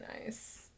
nice